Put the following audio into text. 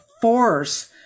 force